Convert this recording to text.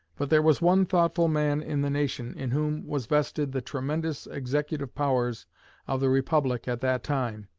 but there was one thoughtful man in the nation, in whom was vested the tremendous executive power of the republic at that time,